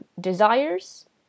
desires